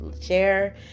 share